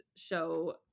Show